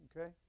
Okay